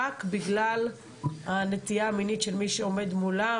רק בגלל הנטייה המינית של מי שעומד מולם,